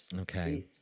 okay